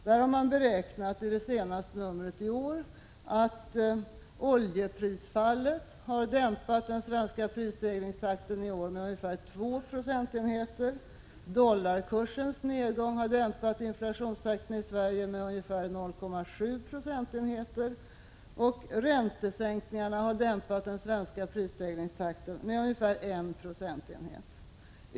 I novembernumret i år har man beräknat att oljeprisfallet har dämpat den svenska prisstegringstakten med 2 procentenheter, dollarkursens nedgång med 0,7 procentenheter och räntesänkningarna med 1 procentenhet.